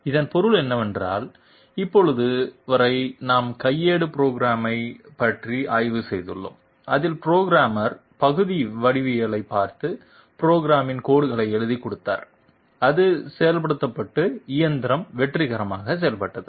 இதன் பொருள் என்னவென்றால் இப்போது வரை நாம் கையேடு புரோகிராமைப் பற்றி ஆய்வு செய்துள்ளோம் அதில் புரோகிராமர் பகுதி வடிவவியலைப் பார்த்து புரோகிராமின் கோடுகளை எழுதிக் கொண்டிருந்தார் அது செயல்படுத்தப்பட்டு இயந்திரம் வெற்றிகரமாக செய்யப்பட்டது